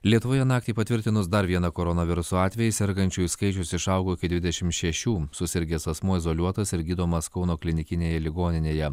lietuvoje naktį patvirtinus dar vieną koronaviruso atvejį sergančiųjų skaičius išaugo iki dvidešim šešių susirgęs asmuo izoliuotas ir gydomas kauno klinikinėje ligoninėje